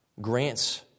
grants